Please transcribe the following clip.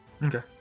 Okay